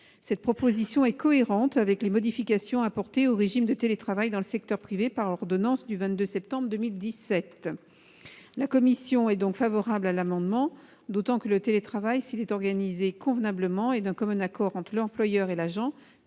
Cette proposition est cohérente avec les modifications apportées au régime de télétravail dans le secteur privé par l'ordonnance du 22 septembre 2017. La commission est donc favorable à l'amendement, d'autant que le télétravail, s'il est organisé convenablement et d'un commun accord entre l'employeur et l'agent,